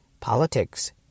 Politics